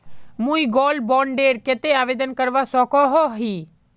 मुई gold bond डेर केते आवेदन करवा सकोहो ही?